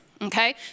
Okay